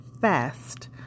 fast